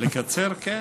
לקצר, כן?